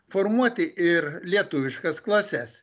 formuoti ir lietuviškas klases